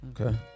Okay